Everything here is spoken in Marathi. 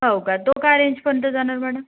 हो का तो काय रेंजपर्यंत जाणार मॅडम